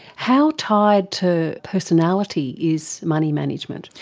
how tied to personality is money management?